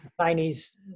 Chinese